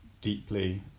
deeply